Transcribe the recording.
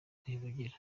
kivugira